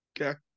okay